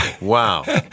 Wow